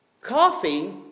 coffee